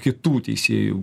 kitų teisėjų